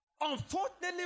Unfortunately